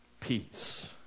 peace